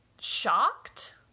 shocked